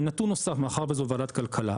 נתון נוסף מאחר וזאת ועדת כלכלה.